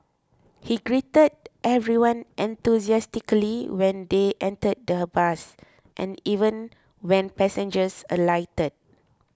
he greeted everyone enthusiastically when they entered the bus and even when passengers alighted